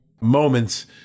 moments